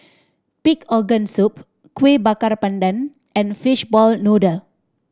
pig organ soup Kuih Bakar Pandan and fishball noodle